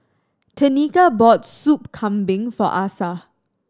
Tenika bought Sup Kambing for Asa